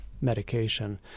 medication